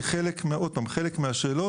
כי חלק, עוד פעם, חלק מהשאלות.